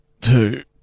two